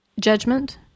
judgment